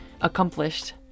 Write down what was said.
accomplished